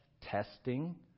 testing